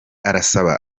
arasaba